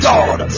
God